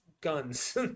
guns